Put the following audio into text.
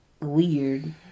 weird